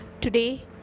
today